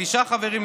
בת תשעה חברים,